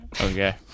Okay